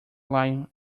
lion